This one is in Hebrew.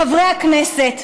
חברי הכנסת,